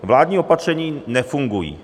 Vládní opatření nefungují.